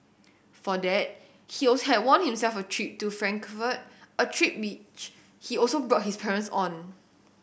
for that he also had won himself a trip to Frankfurt a trip which he also brought his parents on